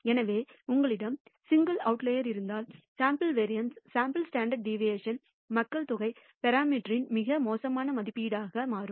எனவே உங்களிடம் single outliers இருந்தால் sample variance sample standard deviation மக்கள் தொகை பராமீட்டரின் மிக மோசமான மதிப்பீடாக மாறும்